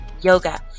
Yoga